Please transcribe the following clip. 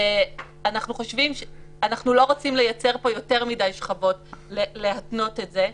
אנחנו לא רוצים לייצר פה יותר מידי שכבות להתנות את זה.